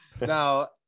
Now